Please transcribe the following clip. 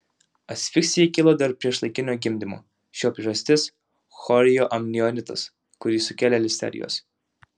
asfiksija kilo dėl priešlaikinio gimdymo šio priežastis chorioamnionitas kurį sukėlė listerijos